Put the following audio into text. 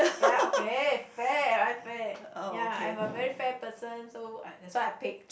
ya okay fair right fair ya I am a very fair person so that's why I paid